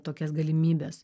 tokias galimybes